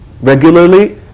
Regularly